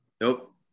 Nope